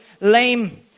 lame